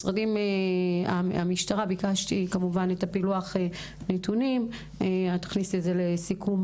מהמשטרה ביקשתי את פילוח הנתונים ונכניס את זה לסיכום